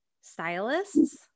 stylists